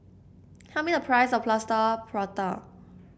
tell me the price of Plaster Prata